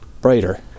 brighter